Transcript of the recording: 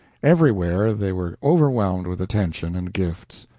everywhere they were overwhelmed with attention and gifts.